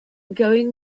going